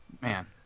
Man